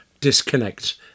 disconnect